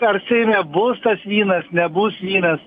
ar seime bus tas vynas nebus vynas